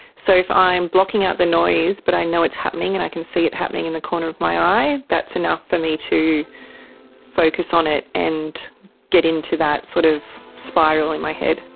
so if i'm blocking out the noise but i know it's happening and i can see it happening in the corner of my eye, that's enough for me to focus on it and get into that sort of spiral in my head.